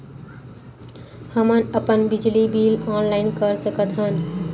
हमन अपन बिजली बिल ऑनलाइन कर सकत हन?